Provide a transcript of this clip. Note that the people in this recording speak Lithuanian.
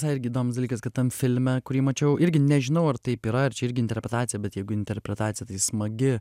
irgi įdomus dalykas kad tam filme kurį mačiau irgi nežinau ar taip yra ar čia irgi interpretacija bet jeigu interpretacija tai smagi